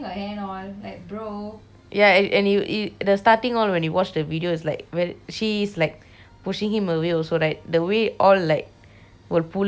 ya and you the starting all when you watch the video is like she is like pushing him away also right the way all like will pull her will push her and stuff